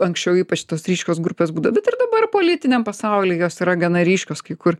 anksčiau ypač tos ryškios grupės bet ir dabar politiniam pasauly jos yra gana ryškios kai kur